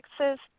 Texas